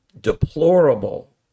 deplorable